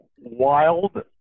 wild